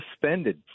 suspended